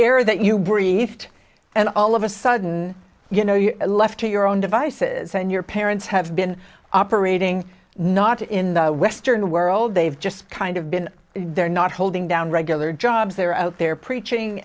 ir that you briefed and all of a sudden you know you're left to your own devices and your parents have been operating not in the western world they've just kind of been they're not holding down regular jobs they're out there preaching